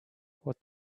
what